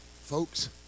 Folks